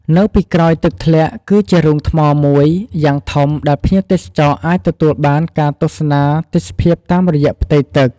នៅពីក្រោយទឹកធ្លាក់គឺជារូងថ្មមួយយ៉ាងធំដែលភ្ញៀវទេសចរអាចទទួលបានការទស្សនាទេសភាពតាមរយៈផ្ទៃទឹក។